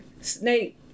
Snake